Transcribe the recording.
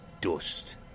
dust